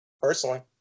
personally